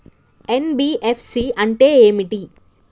NBFC అంటే ఏమిటి?